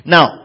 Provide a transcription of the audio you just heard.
Now